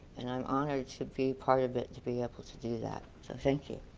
and i'm honored to be part of it to be able to do that. so thank you.